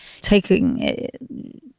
taking